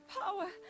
power